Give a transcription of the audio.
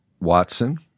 Watson